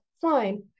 fine